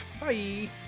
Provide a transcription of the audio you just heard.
bye